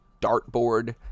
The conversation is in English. dartboard